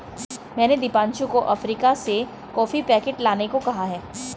मैंने दीपांशु को अफ्रीका से कॉफी पैकेट लाने को कहा है